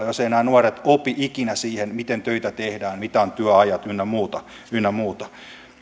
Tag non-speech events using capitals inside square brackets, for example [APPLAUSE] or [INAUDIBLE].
[UNINTELLIGIBLE] jos eivät nämä nuoret opi ikinä siihen miten töitä tehdään mitä ovat työajat ynnä muuta ynnä muuta